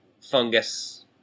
fungus